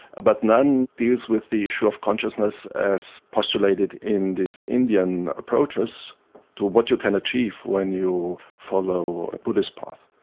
but none deals with the issue of consciousness as postulated in these indian approaches to what you can achieve when you follow a buddhist path.